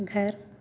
घर